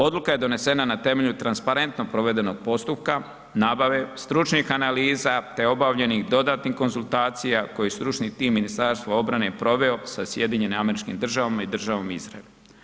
Odluka je donesena na temelju transparentno provedenog postupka nabave, stručnih analiza te obavljenih dodatnih konzultacija koje stručni tim Ministarstva obrane je proveo sa SAD-om i državom Izrael.